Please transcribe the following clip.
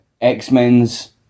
X-Men's